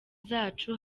zacu